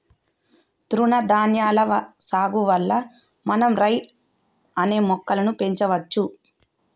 తృణధాన్యాల సాగు వల్ల మనం రై అనే మొక్కలను పెంచవచ్చు